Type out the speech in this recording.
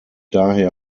daher